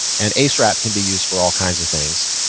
an ace wrap can be used for all kinds of things.